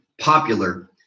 popular